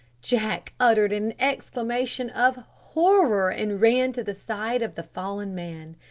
jack uttered an exclamation of horror and ran to the side of the fallen man.